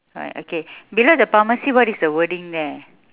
right okay below the pharmacy what is the wording there